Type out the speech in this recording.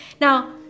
Now